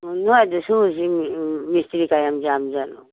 ꯅꯣꯏ ꯑꯗ ꯁꯨꯔꯤꯁꯤ ꯃꯤꯁꯇ꯭ꯔꯤ ꯀꯌꯥꯝ ꯌꯥꯝꯖꯥꯠꯅꯣ